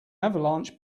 avalanche